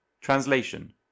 Translation